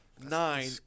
nine